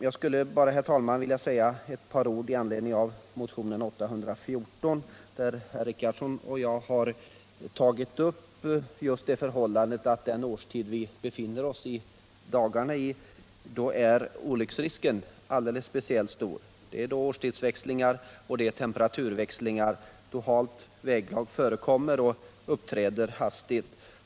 Jag skulle, herr talman, vilja säga ett par ord med anledning av motionen 814, i vilken herr Richardson och jag tagit upp det förhållandet att just under den årstid som vi nu befinner oss i är olycksrisken alldeles speciellt stor. Det är vid årstidsväxlingar och temperaturväxlingar som halt väglag förekommer — och uppträder hastigt.